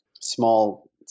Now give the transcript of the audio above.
small